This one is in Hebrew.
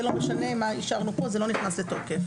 זה לא משנה מה אישרנו פה, זה לא נכנס לתוקף.